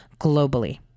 globally